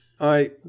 I